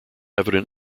evident